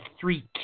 three